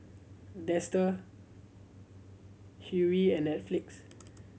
Dester wei and Netflix